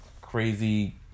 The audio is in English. crazy